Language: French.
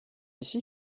ici